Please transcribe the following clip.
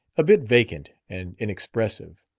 a bit vacant and inexpressive.